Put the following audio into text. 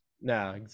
No